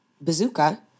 Bazooka